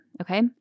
Okay